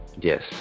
Yes